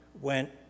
went